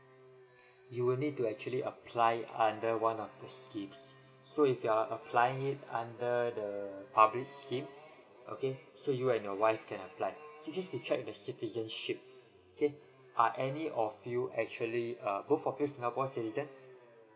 you will need to actually apply under one of the schemes so if you are applying it under the publics scheme okay so you and your wife can apply simply to check the citizenship okay are any of you actually uh both of you singapore citizen